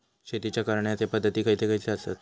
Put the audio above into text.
शेतीच्या करण्याचे पध्दती खैचे खैचे आसत?